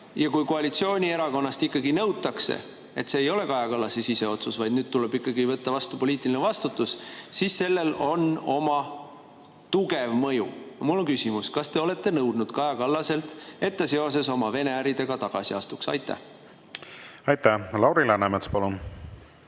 Kui koalitsioonierakonnast ikkagi nõutakse, et see ei ole Kaja Kallase sisemine otsus, vaid tuleb võtta poliitiline vastutus, siis sellel on oma tugev mõju. Mul on küsimus, kas te olete nõudnud Kaja Kallaselt, et ta seoses oma Vene äridega tagasi astuks. Aitäh! Lauri Läänemets, palun!